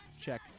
check